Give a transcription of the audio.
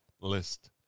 list